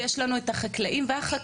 ויש לנו את החקלאים והחקלאיות,